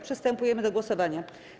Przystępujemy do głosowania.